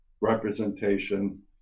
representation